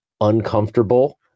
uncomfortable